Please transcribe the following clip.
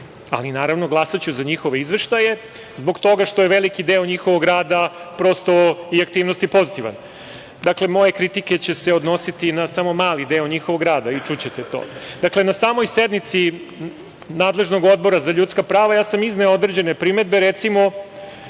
ali naravno glasaću za njihove izveštaje zbog toga što je veliki deo njihovog rada i aktivnosti prosto pozitivan. Moje kritike će se odnositi na samo mali deo njihovog rada i čućete to. Na samoj sednici nadležnog Odbora za ljudska prava ja sam izneo određene primedbe. Recimo,